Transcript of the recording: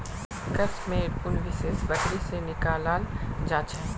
कश मेयर उन विशेष बकरी से निकलाल जा छे